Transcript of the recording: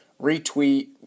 retweet